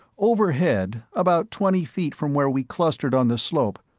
overhead, about twenty feet from where we clustered on the slope,